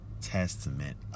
testament